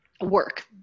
work